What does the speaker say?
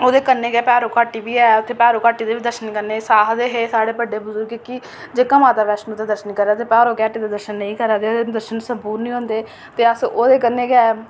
ओह्दे कन्नै गै भैरो घाटी बी ऐ ते ओह्दे दर्शन बी करने आखदे हे साढ़े बड्डे बजुरग कि जेह्का माता वैष्णो देवी दे दर्शन करग ते भैरो घाटी नेईं करग ते ओह्दे दर्शन संपूर्ण निं होंदे ते अस ओह्दे कन्नै गै